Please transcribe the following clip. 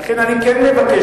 ולכן אני כן מבקש,